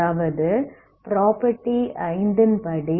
அதாவது ப்ராப்பர்ட்டி 5 ன் படி